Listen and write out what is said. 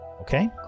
Okay